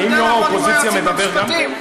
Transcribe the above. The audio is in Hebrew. האם יו"ר האופוזיציה מדבר גם כן?